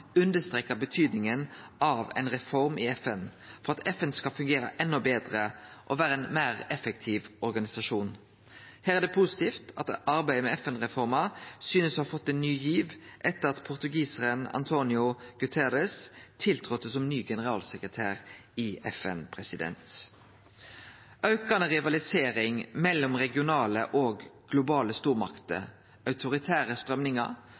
av ei reform i FN, for at FN skal fungere endå betre og vere ein meir effektiv organisasjon. Her er det positivt at arbeidet med FN-reforma synest å ha fått ein ny giv etter at portugisaren António Guterres tok til som ny generalsekretær i FN. Aukande rivalisering mellom regionale og globale stormakter, autoritære